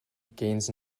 gains